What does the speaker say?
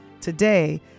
Today